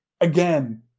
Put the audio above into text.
Again